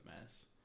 mess